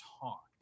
talk